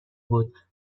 بود